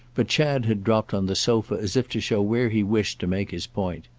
but chad had dropped on the sofa as if to show where he wished to make his point.